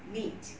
meat